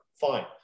Fine